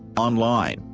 online,